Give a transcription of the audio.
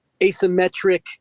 asymmetric